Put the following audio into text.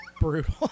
Brutal